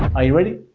are you ready?